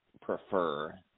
prefer